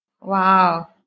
Wow